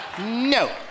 No